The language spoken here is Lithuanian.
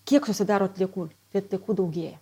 kiek susidaro atliekų atliekų daugėja